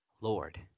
Lord